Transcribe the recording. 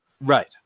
Right